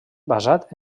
basat